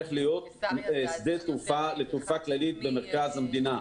צריך להיות שדה תעופה לתעופה כללית במרכז המדינה.